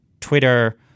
Twitter